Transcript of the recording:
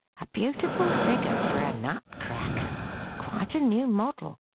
a beautiful figure for a nut-cracker quite a new model.